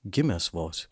gimęs vos